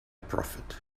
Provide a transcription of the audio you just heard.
profit